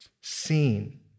seen